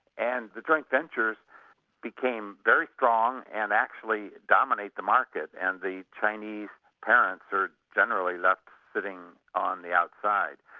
and the joint ventures became very strong and actually dominate the market, and the chinese parents are generally left sitting on the outside.